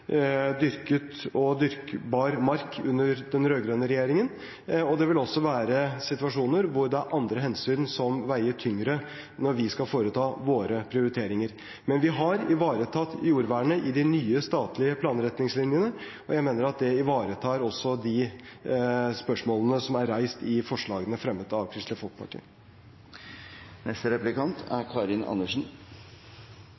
dyrket og dyrkbar mark under den rød-grønne regjeringen, og det vil også være situasjoner hvor det er andre hensyn som veier tyngre når vi skal foreta våre prioriteringer. Men vi har ivaretatt jordvernet i de nye statlige planretningslinjene, og jeg mener at det ivaretar også de spørsmålene som er reist i forslagene fremmet av Kristelig Folkeparti.